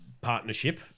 partnership